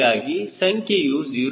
ಹೀಗಾಗಿ ಸಂಖ್ಯೆಯು 0